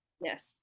yes